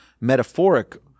metaphoric